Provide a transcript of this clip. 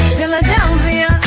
Philadelphia